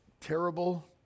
terrible